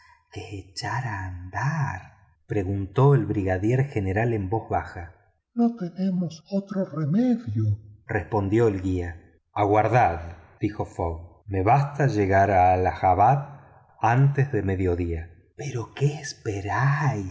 que echar a andar preguntó el brigadier general en voz baja no tenemos otro remedio respondió el guía aguardad dijo fogg me basta llegar a hallahabad antes de mediodía pero qué esperáis